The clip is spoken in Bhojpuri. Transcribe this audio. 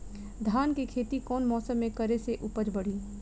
धान के खेती कौन मौसम में करे से उपज बढ़ी?